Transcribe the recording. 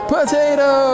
Potato